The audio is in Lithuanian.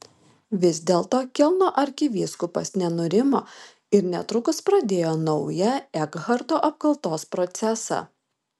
vis dėlto kelno arkivyskupas nenurimo ir netrukus pradėjo naują ekharto apkaltos procesą